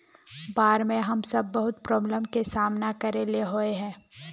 बाढ में हम सब बहुत प्रॉब्लम के सामना करे ले होय है?